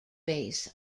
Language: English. base